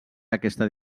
aquesta